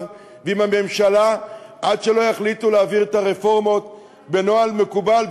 ועם הממשלה עד שלא יחליטו להעביר את הרפורמות בנוהל מקובל,